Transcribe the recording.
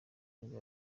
nibwo